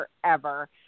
forever